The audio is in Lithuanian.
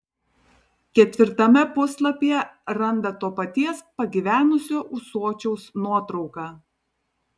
ketvirtame puslapyje randa to paties pagyvenusio ūsočiaus nuotrauką